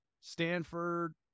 Stanford